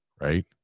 right